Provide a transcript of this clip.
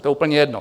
To je úplně jedno.